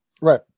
right